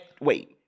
Wait